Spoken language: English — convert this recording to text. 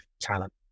talent